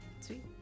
Sweet